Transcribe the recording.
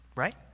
right